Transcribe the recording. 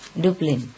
Dublin